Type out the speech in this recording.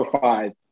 Five